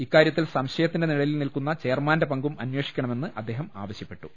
ഇക്കാര്യത്തിൽ സംശയത്തിന്റെ നിഴലിൽ നിൽക്കുന്ന ചെയർമാന്റെ പങ്കും അന്വേഷിക്കണമെന്ന് അദ്ദേഹം ആവശ്യപ്പെട്ടു